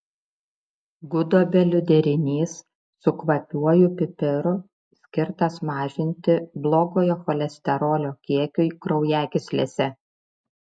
gudobelių derinys su kvapiuoju pipiru skirtas mažinti blogojo cholesterolio kiekiui kraujagyslėse